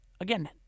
again